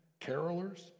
carolers